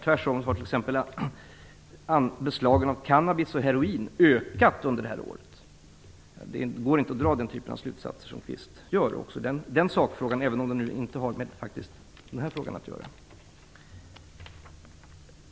Tvärtom har t.ex. beslagen av cannabis och heroin ökat under det här året. Det går inte att dra den typen av slutsatser som Kenneth Kvist gör i den här sakfrågan, även om den inte har med dagens fråga att göra.